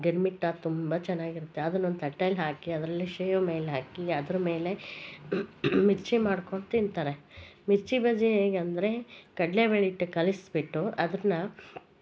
ಗಿರ್ಮಿಟ್ಟ ತುಂಬ ಚೆನ್ನಾಗಿರುತ್ತೆ ಅದ್ನ ಒಂದು ತಟ್ಟೇಲಿ ಹಾಕಿ ಅದ್ರ ಮೇಲೆ ಶೇವ್ ಮೇಲೆ ಹಾಕಿ ಅದ್ರ ಮೇಲೆ ಮಿರ್ಚಿ ಮಾಡ್ಕೊಂಡು ತಿನ್ತಾರೆ ಮಿರ್ಚಿ ಬಜ್ಜಿ ಹೇಗಂದರೆ ಕಡಲೇಬೇಳೆ ಹಿಟ್ಟು ಕಲಸ್ಬಿಟ್ಟು ಅದ್ನ